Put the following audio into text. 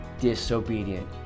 disobedient